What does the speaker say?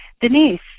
Denise